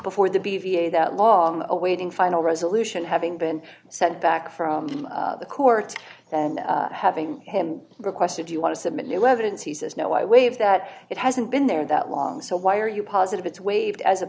before the b v a that law awaiting final resolution having been sent back from the court and having him requested you want to submit new evidence he says no i waive that it hasn't been there that long so why are you positive it's waived as a